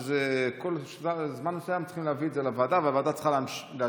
כל זמן מסוים צריכים להביא את זה לוועדה והוועדה צריכה לאשר.